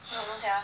don't know sia